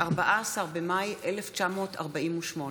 14 במאי 1948: